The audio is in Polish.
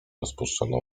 rozpuszczone